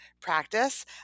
practice